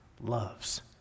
loves